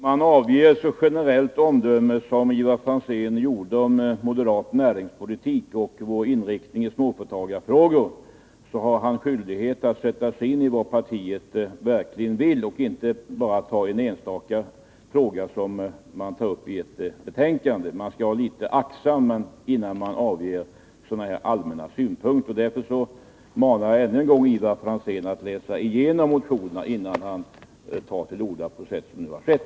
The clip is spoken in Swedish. Herr talman! Om man avger ett så generellt omdöme som Ivar Franzén gjorde om moderat näringspolitik och om vår inriktning i småföretagarfrågor, har man skyldighet att sätta sig in i vad vårt parti verkligen vill och kan — inte bara utgå ifrån en enstaka fråga som tagits upp i ett betänkande. Man skall vara litet aktsam innan man för fram sådana här allmänna synpunkter. Därför manar jag ännu en gång Ivar Franzén att läsa igenom motionerna, innan han tar till orda på sätt som nu har skett.